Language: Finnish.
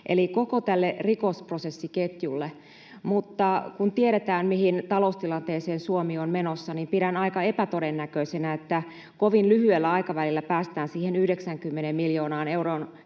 eli koko tälle rikosprosessiketjulle, mutta kun tiedetään, mihin taloustilanteeseen Suomi on menossa, niin pidän aika epätodennäköisenä, että kovin lyhyellä aikavälillä päästään lisäyksinä siihen 90 miljoonaan euroon,